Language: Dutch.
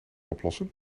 oplossen